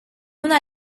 una